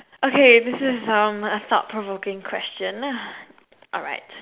okay this is um a thought provoking question lah alright